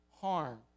harm